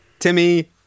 Timmy